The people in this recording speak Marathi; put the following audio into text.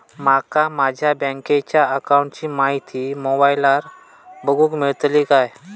माका माझ्या बँकेच्या अकाऊंटची माहिती मोबाईलार बगुक मेळतली काय?